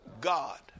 God